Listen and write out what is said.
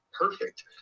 perfect